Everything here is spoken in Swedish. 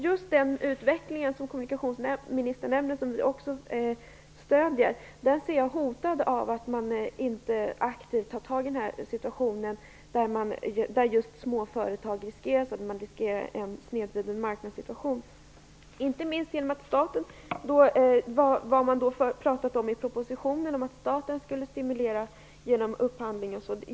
Just den utveckling som kommunikationsministern nämner, vilken jag också stöder, ser jag som hotad av att man inte aktivt tar itu med risken för en snedvriden marknadssituation. I propositionen talas det om att staten skall stimulera genom upphandling.